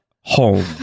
home